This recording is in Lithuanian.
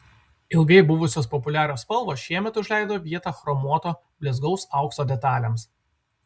ilgai buvusios populiarios spalvos šiemet užleido vietą chromuoto blizgaus aukso detalėms